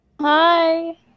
Hi